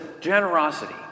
generosity